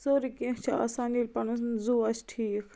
sorry کیٚنٛہہ چھُ آسان ییٚلہِ پَنُن زو آسہِ ٹھیٖک